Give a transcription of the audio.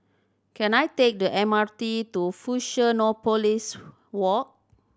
can I take the M R T to Fusionopolis Walk